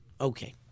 Okay